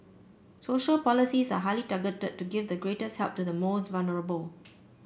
social policies are highly targeted to give the greatest help to the most vulnerable